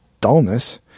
dullness